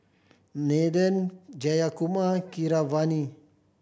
Nathan Jayakumar Keeravani